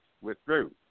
withdrew